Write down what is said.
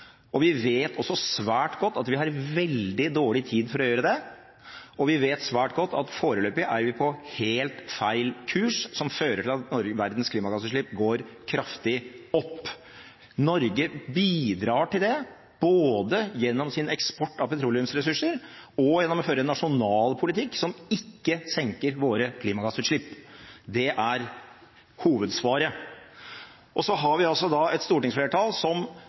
energi. Vi vet også svært godt at vi har veldig dårlig tid til å gjøre det, og vi vet svært godt at foreløpig er vi på helt feil kurs, noe som fører til at verdens klimagassutslipp går kraftig opp. Norge bidrar til det, både gjennom sin eksport av petroleumsressurser og gjennom å føre en nasjonal politikk som ikke senker våre klimagassutslipp. Det er hovedsvaret. Vi har et stortingsflertall som